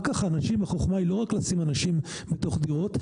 החוכמה היא לא רק לשים אנשים בתוך דירות,